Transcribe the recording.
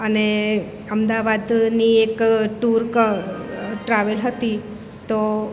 અને અમદાવાદની એક ટુર કં ટ્રાવેલ હતી તો